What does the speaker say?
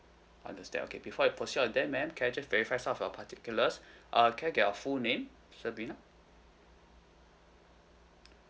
understand okay before I proceed on that madam can I just verify some of your particulars err can I get your full name sabrina